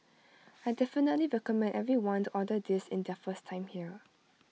I definitely recommend everyone to order this in their first time here